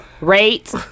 rate